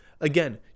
again